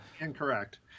Incorrect